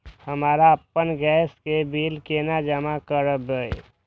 हम आपन गैस के बिल केना जमा करबे?